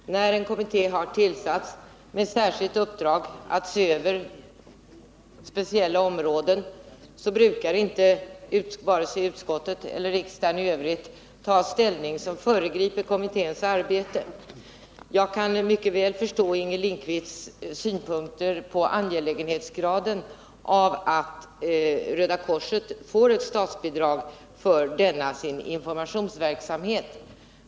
Herr talman! När en kommitté har tillsatts med särskilt uppdrag att se över speciella områden, brukar inte vare sig utskottet eller riksdagen i övrigt ta ställning och föregripa kommitténs arbete. Jag kan mycket väl förstå Inger Lindquists synpunkter på angelägenhetsgraden när det gäller att ge Röda Nr 120 korset statsbidrag för denna informationsverksamhet.